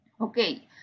Okay